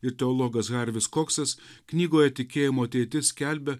ir teologas harvis koksas knygoje tikėjimo ateitis skelbia